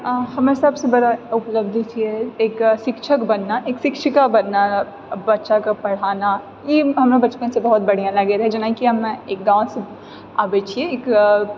हमर सबसँ बड़ा उपलब्धि छिऐ एक शिक्षक बनेनाइ एकटा शिक्षिका बनेनाइ बच्चाके पढ़ाना ई हमरा बचपनसँ बहुत बढ़िआँ लागए रहए जेनाकि हमे एक गाँव से आबए छिऐ एक